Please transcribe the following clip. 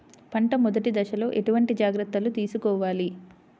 పంట మెదటి దశలో ఎటువంటి జాగ్రత్తలు తీసుకోవాలి?